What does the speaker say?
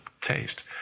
taste